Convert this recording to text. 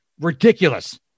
ridiculous